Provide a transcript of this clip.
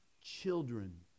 children